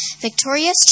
Victoria's